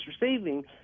receiving